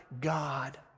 God